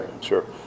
Sure